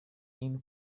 این